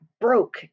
broke